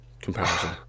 comparison